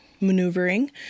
maneuvering